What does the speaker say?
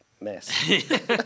mess